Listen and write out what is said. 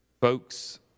folks